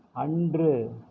அன்று